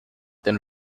then